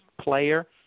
player